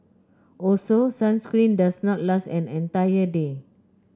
also sunscreen does not last an entire day